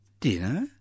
dinner